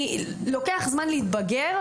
לוקח זמן להתבגר,